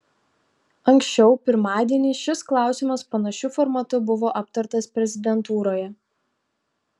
anksčiau pirmadienį šis klausimas panašiu formatu buvo aptartas prezidentūroje